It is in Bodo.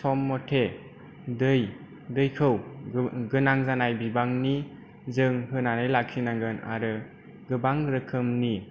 सम मथे दैखौ गोनां जानाय बिबांनि जों होनानै लाखिनांगोन आरो गोबां रोखोमनि